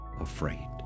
afraid